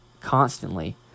constantly